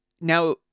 now